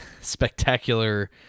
spectacular